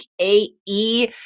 A-E